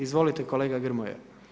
Izvolite kolega Grmoja.